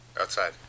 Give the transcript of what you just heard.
Outside